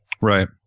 Right